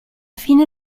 fine